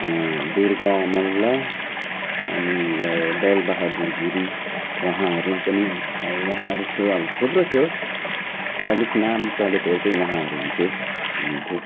दुर्गा मल्ल अनि यो दल बहादुर गिरी उहाँहरू पनि अब उहाँहरू थियो अब थुप्रो थियो अलिक नाम चलेकोहरू चाहिँ उहाँहरू हुन्थ्यो हुनुहुन्थ्यो